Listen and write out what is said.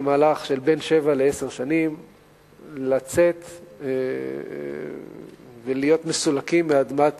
במהלך של בין שבע לעשר שנים לצאת ולהיות מסולקים מאדמת